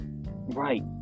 Right